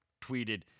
tweeted